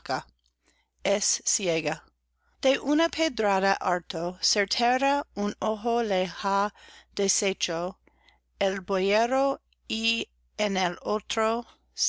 es ciega de una pedrada harto certera un ojo le ha desecho el boyero y en el otro